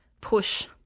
push